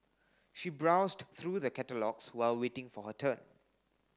she browsed through the catalogues while waiting for her turn